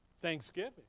Thanksgiving